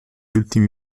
ultimi